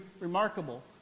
remarkable